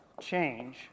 change